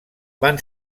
van